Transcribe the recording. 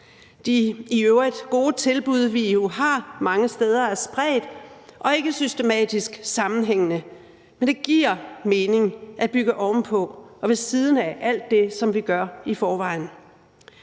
De i øvrigt gode tilbud, vi jo har mange steder, er spredt og ikke systematisk sammenhængende, men det giver mening at bygge oven på og ved siden af alt det, som vi gør i forvejen.